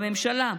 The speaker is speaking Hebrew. בממשלה.